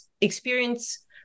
experience